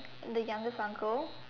the youngest uncle